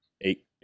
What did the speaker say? Eight